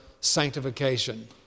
sanctification